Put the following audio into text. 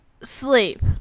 sleep